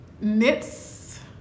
Knits